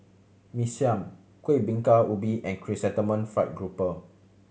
Mee Siam Kuih Bingka Ubi and Chrysanthemum Fried Grouper